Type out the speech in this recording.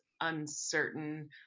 uncertain